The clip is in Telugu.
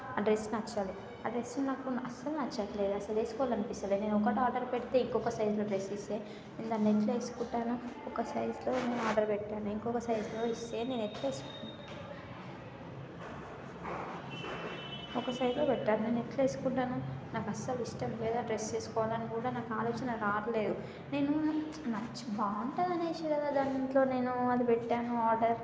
ఆ డ్రెస్ నచ్చలేదు ఆ డ్రెస్సు నాకు అసలు నచ్చట్లేదు అసలు వేసుకోవాలి అనిపిస్త లేదు నేను ఒకటి ఆర్డర్ పెడితే ఇంకొక సైజులో డ్రెస్ ఇస్తే నేను దాన్ని ఎట్లా వేసుకుంటాను ఒక సైజులో నేను ఆర్డర్ పెట్టాను నేను ఇంకొక సైజులో ఇస్తే నేను ఎట్లా వేసుకో ఒక సైజులో పెట్టారు నేను ఎట్లా వేసుకుంటాను నాకు అసలు ఇష్టం లేదు ఆ డ్రెస్సు వేసుకోవాలని కూడా నాకు ఆలోచన రావట్లేదు నేను నచ్చు బాగుంటుంది అనేసి కదా దాంట్లో నేను పెట్టాను ఆర్డర్